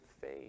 faith